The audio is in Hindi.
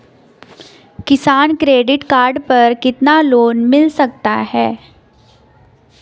किसान क्रेडिट कार्ड पर कितना लोंन मिल सकता है?